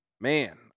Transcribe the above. Man